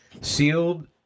sealed